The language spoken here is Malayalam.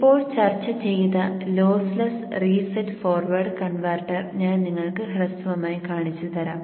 ഇപ്പോൾ ചർച്ച ചെയ്ത ലോസ്സ്ലെസ്സ് റീസെറ്റ് ഫോർവേഡ് കൺവെർട്ടർ ഞാൻ നിങ്ങൾക്ക് ഹ്രസ്വമായി കാണിച്ചുതരാം